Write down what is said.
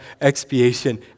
Expiation